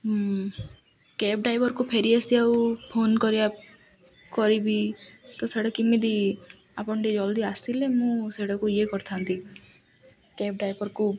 cab ଡ୍ରାଇଭର୍କୁ ଫେରି ଆସି ଆଉ ଫୋନ୍ କରିବା କରିବି ତ ସେଇଟା କେମିତି ଆପଣ ଟିକେ ଜଲ୍ଦି ଆସିଲେ ମୁଁ ସେଗୁଡ଼ାକୁ ଇଏ କରିଥାନ୍ତି କ୍ୟାବ୍ ଡ୍ରାଇଭର୍କୁ